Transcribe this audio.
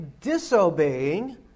disobeying